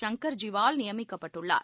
சங்கர்ஜிவால் நியமிக்கப்பட்டுள்ளார்